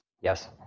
Yes